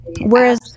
whereas